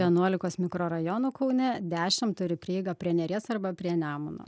vienuolikos mikrorajonų kaune dešim turi prieigą prie neries arba prie nemuno